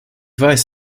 weiß